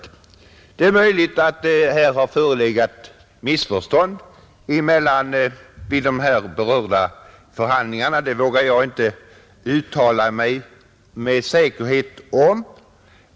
Det är möjligt att det har förekommit missförstånd vid de förhandlingar som förts, det vågar jag inte uttala mig om med säkerhet.